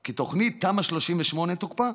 כי תוכנית תמ"א 38 תוקפא.